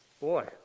Boy